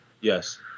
Yes